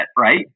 right